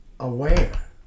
Aware